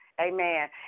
Amen